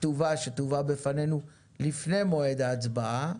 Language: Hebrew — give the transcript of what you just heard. כתובה שתובא בפנינו לפני מועד ההצבעה,